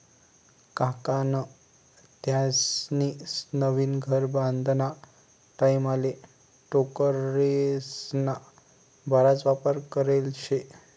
काकान त्यास्नी नवीन घर बांधाना टाईमले टोकरेस्ना बराच वापर करेल शे